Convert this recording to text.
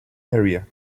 area